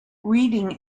reading